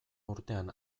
urtean